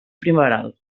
primaveral